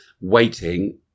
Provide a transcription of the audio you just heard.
waiting